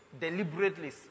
deliberately